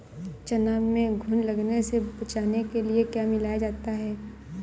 चना में घुन लगने से बचाने के लिए क्या मिलाया जाता है?